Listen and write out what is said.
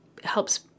helps